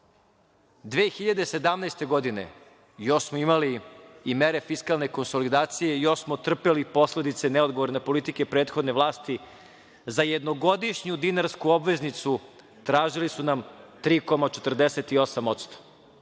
2017. još smo imali i mere fiskalne konsolidacije i još smo trpeli posledice neodgovorne politike prethodne vlasti, za jednogodišnju dinarsku obveznicu tražili su nam 3,48%.